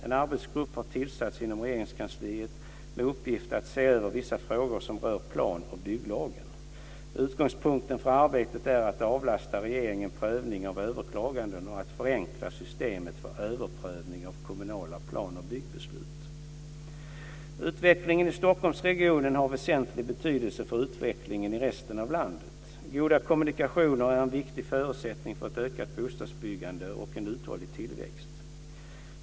En arbetsgrupp har tillsatts inom Regeringskansliet med uppgift att se över vissa frågor som rör plan och bygglagen. Utgångspunkten för arbetet är att avlasta regeringen prövning av överklaganden och att förenkla systemet för överprövning av kommunala plan och byggbeslut. Utvecklingen i Stockholmsregionen har väsentlig betydelse för utvecklingen i resten av landet. Goda kommunikationer är en viktig förutsättning för ett ökat bostadsbyggande och en uthållig tillväxt.